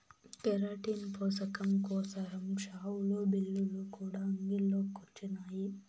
keratin పోసకం కోసరం షావులు, బిల్లులు కూడా అంగిల్లో కొచ్చినాయి